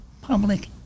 public